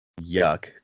Yuck